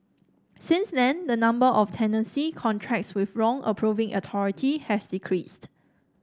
since then the number of tenancy contracts with wrong approving authority has decreased